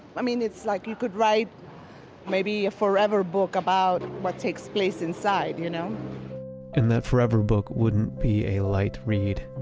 it's like you could write maybe a forever book about what takes place inside you know and that forever book wouldn't be a light read.